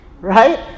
right